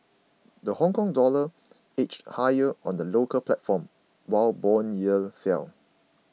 the Hongkong dollar edged higher on the local platform while bond yields fell